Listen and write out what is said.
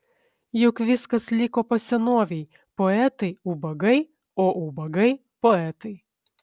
juk viskas liko po senovei poetai ubagai o ubagai poetai